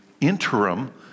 interim